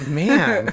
man